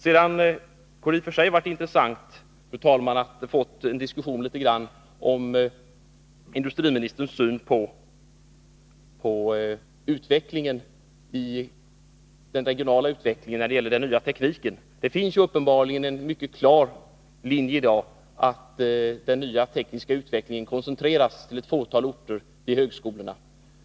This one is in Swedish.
Det skulle också, fru talman, i och för sig ha varit intressant att något få belyst industriministerns syn på den regionala utvecklingen när det gäller ny teknik. Det finns uppenbarligen i dag en mycket klar tendens till att utvecklingen av den nya tekniken koncentreras till ett fåtal orter inom högskoleregionerna.